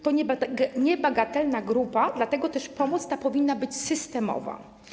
To niebagatelna grupa, dlatego też pomoc ta powinna być systemowa.